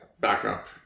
backup